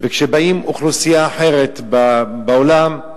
וכשבאה אוכלוסייה אחרת בעולם,